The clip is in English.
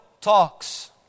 talks